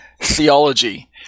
theology